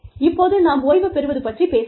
இப்போது நாம் ஓய்வு பெறுவது பற்றிப் பேசலாம்